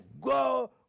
go